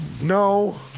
no